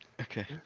Okay